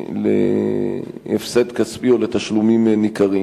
שלהם הפרסומים באנגלית,